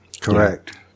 Correct